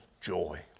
joy